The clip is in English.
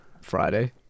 Friday